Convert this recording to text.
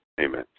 amen